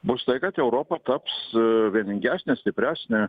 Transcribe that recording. bus tai kad europa taps vieningesnė stipresnė